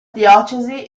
diocesi